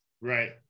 Right